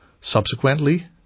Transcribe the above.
Subsequently